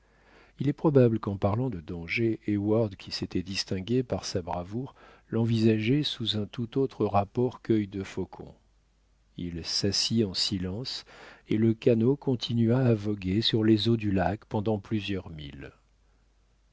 il est probable qu'en parlant de danger heyward qui s'était distingué par sa bravoure l'envisageait sous un tout autre rapport quœil de faucon il s'assit en silence et le canot continua à voguer sur les eaux du lac pendant plusieurs milles